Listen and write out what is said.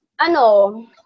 ano